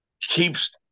keeps